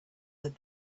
that